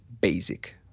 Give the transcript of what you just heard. BASIC